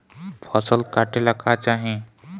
फसल काटेला का चाही?